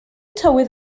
tywydd